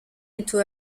into